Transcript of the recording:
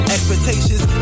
Expectations